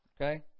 okay